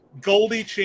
Goldie